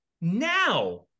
Now